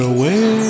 Away